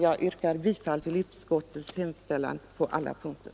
Jag yrkar bifall till utskottets hemställan på alla punkter.